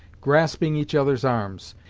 grasping each other's arms,